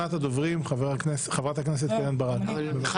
נועה, גם אני רוצה.